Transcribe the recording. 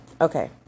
okay